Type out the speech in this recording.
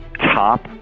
top